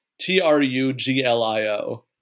T-R-U-G-L-I-O